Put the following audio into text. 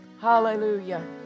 Hallelujah